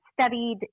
studied